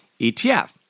ETF